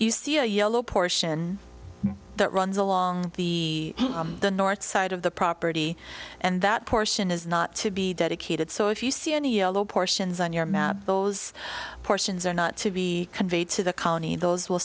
you see a yellow portion that runs along the the north side of the property and that portion is not to be dedicated so if you see any yellow portions on your map those portions are not to be conveyed to the county those will